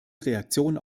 reaktion